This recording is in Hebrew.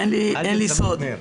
אין לי סוד.